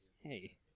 Hey